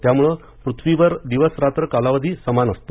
त्यामुळे पृथ्वीवर दिवस रात्र कालावधी समान असतो